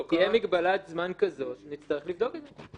אם תהיה מגבלת זמן כזאת, נצטרך לבדוק את זה.